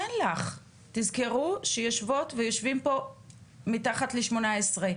תזכרו שיושבות ויושבים פה ילדים מתחת לגיל 18,